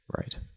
Right